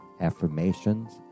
affirmations